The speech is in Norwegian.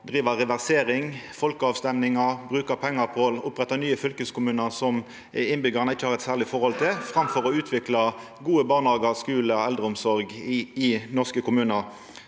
driva med reversering og folkerøystingar og bruka pengar på å oppretta nye fylkeskommunar som innbyggjarane ikkje har eit særleg forhold til, framfor å utvikla gode barnehagar og skular og god eldreomsorg i norske kommunar.